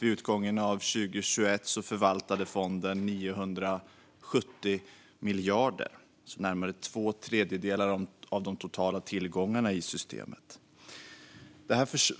Vid utgången av 2021 förvaltade fonden 970 miljarder, alltså närmare två tredjedelar av de totala tillgångarna i systemet.